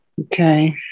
Okay